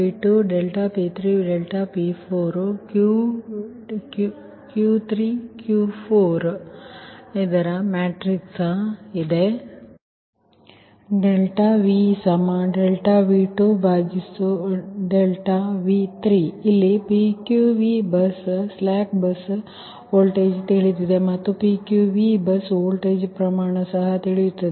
ತ್ತು ಇಲ್ಲಿ PQV bus slack bus voltage ತಿಳಿದಿದೆ ಮತ್ತು PQV ಬಸ್ ವೋಲ್ಟೇಜ್ ಪ್ರಮಾಣವು ಸಹ ತಿಳಿಯುತ್ತದೆ